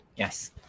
Yes